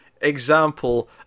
example